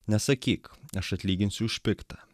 nesakyk aš atlyginsiu už pikta